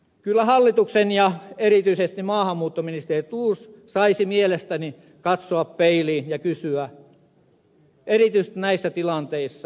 kyllä hallitus ja erityisesti maahanmuuttoministeri thors saisivat mielestäni katsoa peiliin ja kysyä erityisesti näissä tilanteissa